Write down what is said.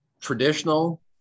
traditional